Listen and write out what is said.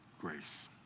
grace